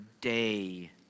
day